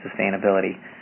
sustainability